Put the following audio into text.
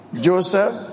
Joseph